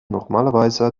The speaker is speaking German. normalerweise